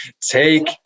take